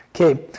Okay